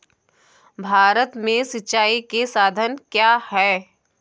भारत में सिंचाई के साधन क्या है?